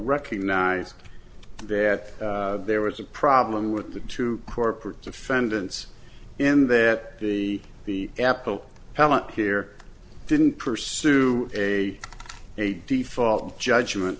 recognize that there was a problem with the two corporate defendants in that the the apple appellant here didn't pursue a a default judgment